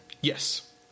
Yes